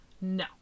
No